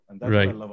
Right